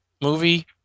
movie